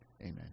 Amen